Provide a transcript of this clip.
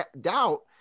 doubt